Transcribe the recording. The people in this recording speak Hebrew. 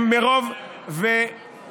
זאת האמת.